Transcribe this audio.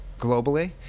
globally